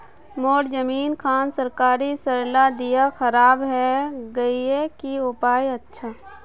मोर जमीन खान सरकारी सरला दीया खराब है गहिये की उपाय अच्छा?